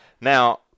now